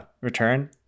return